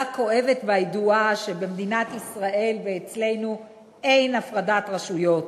הכואבת והידועה שבמדינת ישראל ואצלנו אין הפרדת רשויות.